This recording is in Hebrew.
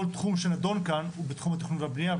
כל תחום שנדון כאן הוא בתחום התכנון והבנייה,